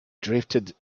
drifted